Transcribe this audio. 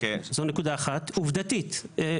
עובדתית.